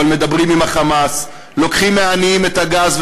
אבל מדברים עם ה"חמאס"; לוקחים מהעניים את הגז,